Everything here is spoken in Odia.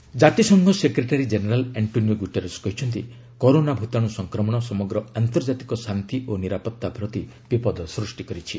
କରୋନା ୟୁଏନ୍ ଜାତିସଂଘ ସେକ୍ରେଟାରୀ ଜେନେରାଲ୍ ଆର୍ଷ୍ଟୋନିଓ ଗୁଟେରସ୍ କହିଛନ୍ତି କରୋନା ଭୂତାଣୁ ସଂକ୍ରମଣ ସମଗ୍ର ଆନ୍ତର୍ଜାତିକ ଶାନ୍ତି ଓ ନିରାପତ୍ତା ପ୍ରତି ବିପଦ ସୃଷ୍ଟି କରିଛି